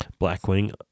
Blackwing